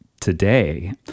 today